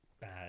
bad